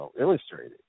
illustrated